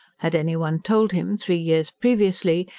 had anyone told him, three years previously,